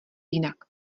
jinak